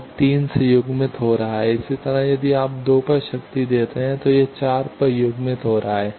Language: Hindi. वह 3 से युग्मित हो रहा है इसी तरह यदि आप 2 पर शक्ति देते हैं तो यह 4 पर युग्मित हो रहा है